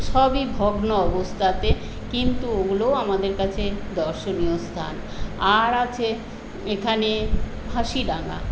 সবই ভগ্ন অবস্থাতে কিন্তু ওগুলোও আমাদের কাছে দর্শনীয় স্থান আর আছে এখানে ফাঁসিডাঙ্গা